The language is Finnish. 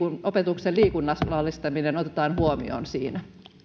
opetuksen liikunnallistaminen otetaan huomioon siinä